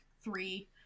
three